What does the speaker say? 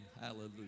hallelujah